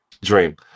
Dream